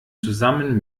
zusammen